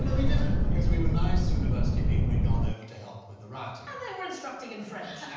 um we didn't because we were nice university people we'd gone over to help with the writing and they were instructing in french